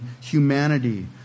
humanity